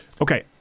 Okay